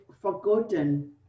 forgotten